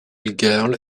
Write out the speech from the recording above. girl